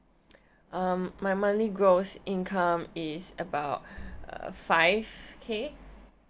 um my monthly gross income is about five K